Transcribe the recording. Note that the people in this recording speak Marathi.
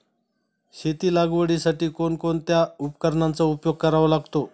शेती लागवडीसाठी कोणकोणत्या उपकरणांचा उपयोग करावा लागतो?